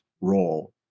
role